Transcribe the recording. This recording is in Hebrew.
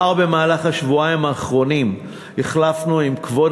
במהלך השבועיים האחרונים כבר החלפנו עם כבוד